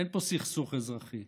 אין פה סכסוך אזרחי,